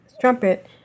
Trumpet